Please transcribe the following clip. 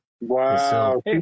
Wow